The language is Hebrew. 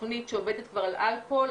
תכנית שעובדת כבר על אלכוהול,